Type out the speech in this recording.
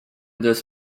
this